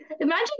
imagine